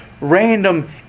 random